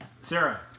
Sarah